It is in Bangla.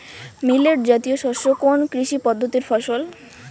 মিলেট জাতীয় শস্য কোন কৃষি পদ্ধতির ফসল?